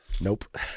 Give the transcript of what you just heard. Nope